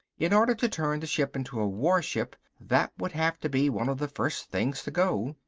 in order to turn the ship into a warship that would have to be one of the first things to go.